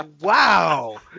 Wow